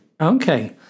Okay